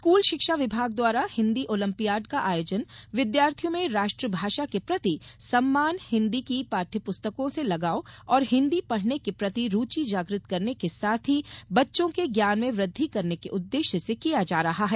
school शिक्षा विभाग द्वारा हिन्दी ओलंपियाड का आयोजन विद्यार्थियों में राष्ट्रभाषा के प्रति सम्मान हिन्दी की पाठ्य पुस्तकों से लगाव और हिन्दी पढ़ने के प्रति रूचि जागृत करने के साथ ही बच्चों के ज्ञान में वृद्धि करने के उद्देश्य से किया जा रहा है